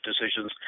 decisions